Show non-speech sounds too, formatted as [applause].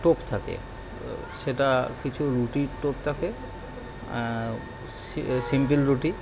টোপ থাকে সেটা কিছু রুটির টোপ থাকে [unintelligible] সিম্পল রুটি